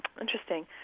Interesting